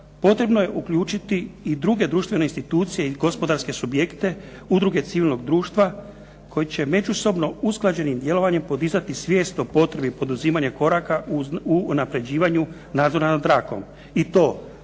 potrebno je uključiti i druge društvene institucije i gospodarske subjekte, udruge civilnog društva koje će međusobno usklađenim djelovanje podizati svijest o potrebi poduzimanja koraka u unapređivanja nadzora nad rakom.